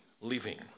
living